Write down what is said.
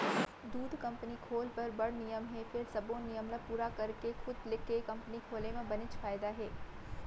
दूद कंपनी खोल बर बड़ नियम हे फेर सबो नियम ल पूरा करके खुद के कंपनी खोले म बनेच फायदा हे